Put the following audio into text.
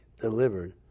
delivered